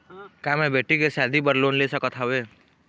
का मैं बेटी के शादी बर लोन ले सकत हावे?